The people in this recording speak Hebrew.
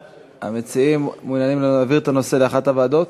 המציעים מעוניינים להעביר את הנושא לאחת הוועדות?